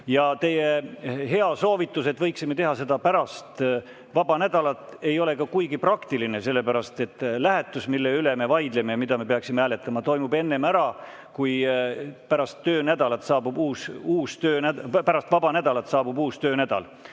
Teie hea soovitus, et võiksime teha seda pärast vaba nädalat, ei ole ka kuigi praktiline, sellepärast et lähetus, mille üle me vaidleme ja mida me peaksime hääletama, toimub enne ära, kui pärast vaba nädalat saabub uus töönädal.